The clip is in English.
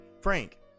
Frank